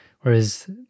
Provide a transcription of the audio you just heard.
Whereas